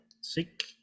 sick